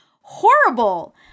horrible